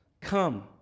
come